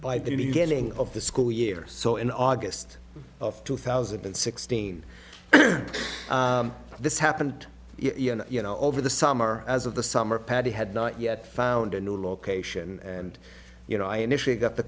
by the beginning of the school year so in august of two thousand and sixteen this happened you know over the summer as of the summer paddy had not yet found a new location and you know i initially got the